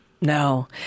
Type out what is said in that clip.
No